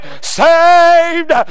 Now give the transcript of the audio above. saved